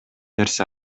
нерсе